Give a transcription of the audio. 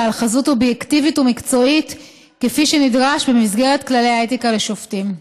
על חזות אובייקטיבית ומקצועית כפי שנדרש במסגרת כללי האתיקה לשופטים.